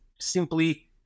simply